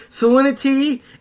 salinity